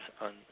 on